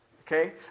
Okay